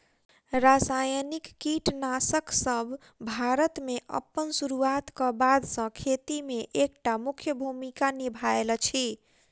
रासायनिक कीटनासकसब भारत मे अप्पन सुरुआत क बाद सँ खेती मे एक टा मुख्य भूमिका निभायल अछि